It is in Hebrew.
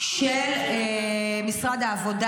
של משרד העבודה.